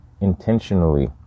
intentionally